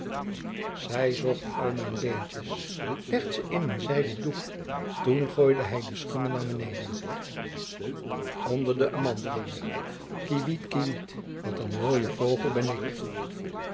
zij zocht al mijn beentjes legt ze in een zijden doek onder den amandelboom kiewit kiewit wat een mooie vogel ben ik